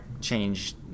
change